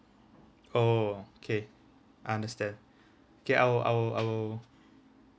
oh okay I understand okay I'll I'll I'll